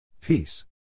Peace